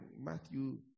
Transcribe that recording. Matthew